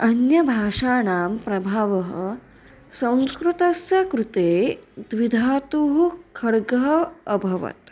अन्यभाषाणां प्रभावः संस्कृतस्य कृते द्विधातुः खड्गः अभवत्